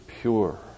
pure